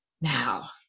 now